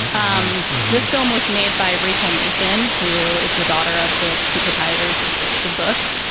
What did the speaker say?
um this film was made by rachel mason, who is the daughter of the two proprietors of circus of books.